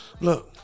Look